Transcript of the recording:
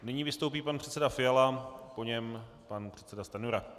Nyní vystoupí pan předseda Fiala, po něm pan předseda Stanjura.